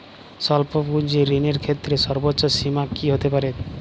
স্বল্প পুঁজির ঋণের ক্ষেত্রে সর্ব্বোচ্চ সীমা কী হতে পারে?